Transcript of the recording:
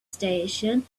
station